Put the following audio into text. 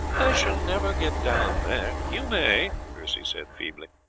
i shall never get down there you may, percy said feebly.